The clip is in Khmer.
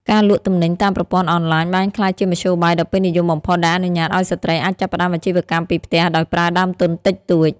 ការលក់ទំនិញតាមប្រព័ន្ធអនឡាញបានក្លាយជាមធ្យោបាយដ៏ពេញនិយមបំផុត ដែលអនុញ្ញាតឱ្យស្ត្រីអាចចាប់ផ្ដើមអាជីវកម្មពីផ្ទះដោយប្រើដើមទុនតិចតួច។